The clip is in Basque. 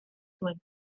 zuen